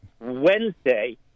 Wednesday